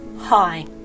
Hi